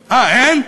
אה, אין?